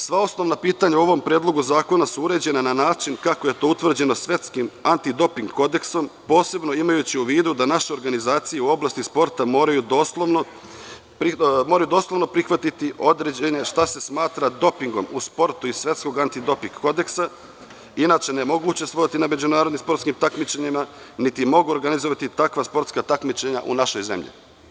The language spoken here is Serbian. Sva osnovna pitanja u ovom predlogu zakona su uređena na način kako je to utvrđeno Svetskim antidoping kodeksom, posebno imajući u vidu da naše organizacije u oblasti sporta moraju doslovno prihvatiti određenje šta se smatra dopingom u sportu iz Svetskog antidoping kodeksa, inače ne mogu učestvovati na međunarodnim sportskim takmičenjima, niti mogu organizovati takva sportska takmičenja u našoj zemlji.